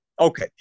Okay